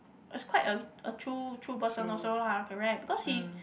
is quite a a true true person loh so lah can right because he